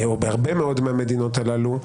או בהרבה מאוד מהמדינות הללו,